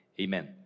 amen